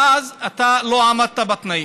ואז: אתה לא עמדת בתנאים,